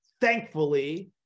thankfully